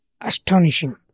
astonishing